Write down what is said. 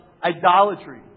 Idolatry